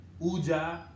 Uja